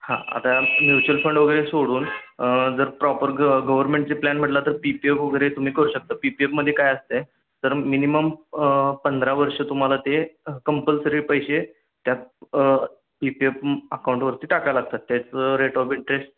हां आता mutual fund वगैरे सोडून जर प्रॉपर ग गव्हर्नमेंटचे प्लॅन म्हटला तर पी पी एफ वगैरे तुम्ही करू शकता पी पी एफमध्ये काय असतं आहे तर मिनिमम पंधरा वर्ष तुम्हाला ते कंपल्सरी पैसे त्या पी पी एफ अकाऊंटवरती टाकायला लागतात त्याचं रेट ऑफ इंटरेस्ट